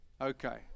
okay